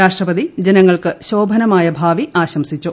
രാഷ്ട്രപതി ജനങ്ങൾക്ക് ശോഭനമായ ഭാവി ആശംസിച്ചു